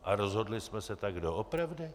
A rozhodli jsme se tak doopravdy?